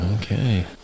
Okay